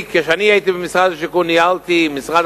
כשאני הייתי במשרד השיכון ניהלתי עם משרד